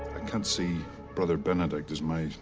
can't see brother benedict as my